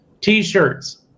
T-shirts